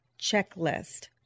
checklist